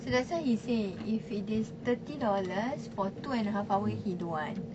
so that's why he say if it is thirty dollars for two and a half hour he don't want